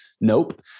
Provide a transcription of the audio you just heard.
Nope